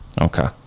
okay